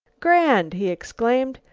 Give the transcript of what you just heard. grand! he exclaimed.